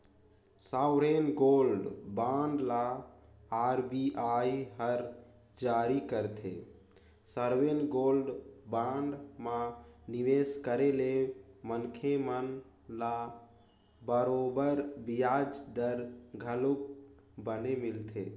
sovereign gold bond ल RBI हर जारी करथे, सॉवरेन गोल्ड बांड म निवेस करे ले मनखे मन ल बरोबर बियाज दर घलोक बने मिलथे